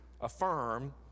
affirm